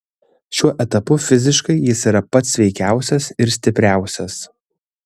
šiuo etapu fiziškai jis yra pats sveikiausias ir stipriausias